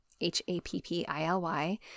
H-A-P-P-I-L-Y